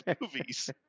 movies